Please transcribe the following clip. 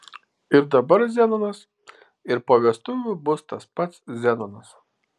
ir dabar zenonas ir po vestuvių bus tas pats zenonas